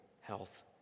health